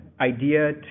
idea